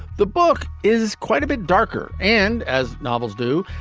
the book is quite a bit darker and as novels do,